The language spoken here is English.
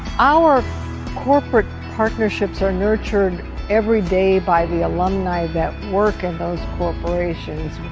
our corporate partnerships are nurtured every day by the alumni that work in those corporations,